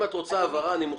אם את רוצה הבהרה, אני מוכן.